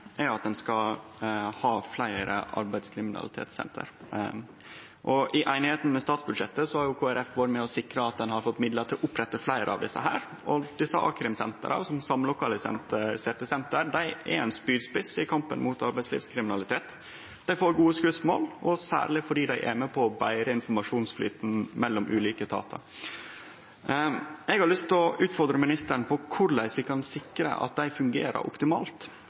er at ein skal ha fleire arbeidslivskriminalitetssenter. I einigheita om statsbudsjettet har Kristeleg Folkeparti vore med og sikra at ein har fått midlar til å opprette fleire av dei. A-krimsentera som samlokaliserte senter er ein spydspiss i kampen mot arbeidslivskriminalitet. Dei får gode skotsmål, særleg fordi dei er med på å betre informasjonsflyten mellom ulike etatar. Eg har lyst til å utfordre statsministeren på korleis vi kan sikre at dei fungerer optimalt.